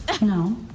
No